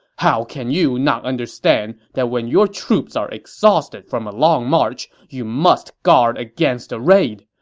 how can you not understand that when your troops are exhausted from a long march, you must guard against a raid!